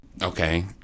Okay